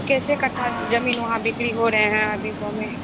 कैसे कथा ज़मीन वहाँ बिक्री हो रहे हैं अभी कॉमे